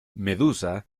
medusa